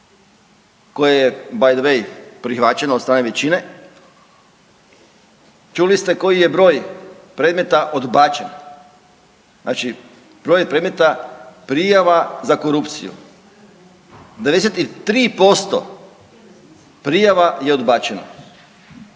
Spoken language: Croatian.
koje je by the way prihvaćeno od strane većine, čuli ste koji je broj predmeta odbačen. Znači broj predmeta prijava za korupciju 93% prijava je odbačeno